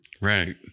Right